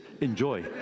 enjoy